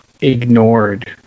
ignored